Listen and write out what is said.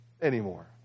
anymore